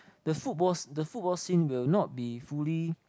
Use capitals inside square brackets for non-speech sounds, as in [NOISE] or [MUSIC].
the football [NOISE] the football scene will not be fully